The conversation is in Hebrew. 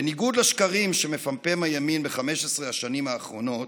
בניגוד לשקרים שמפמפם הימין ב-15 השנים האחרונות,